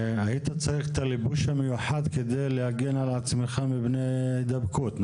היית צריך את הלבוש המיוחד כדי להגן על עצמך מפני הידבקות,